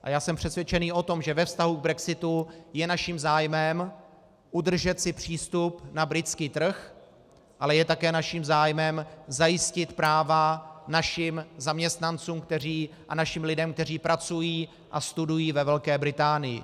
A já jsem přesvědčen o tom, že ve vztahu k brexitu je naším zájmem udržet si přístup na britský trh, ale je také naším zájmem zajistit práva našim zaměstnancům a našim lidem, kteří pracují a studují ve Velké Británii.